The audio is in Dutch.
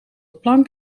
plank